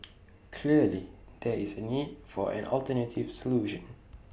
clearly there is A need for an alternative solution